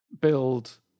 build